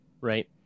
right